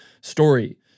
story